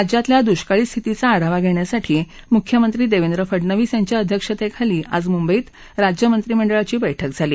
राज्यातल्या दुष्काळ स्थितीचा आढावा घेण्यासाठी मुख्यमंत्री देवेंद्र फडनवीस यांच्या अध्यक्षतेखाली आज मुंबईत राज्य मंत्रिमंडळाची बैठक झाली